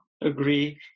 agree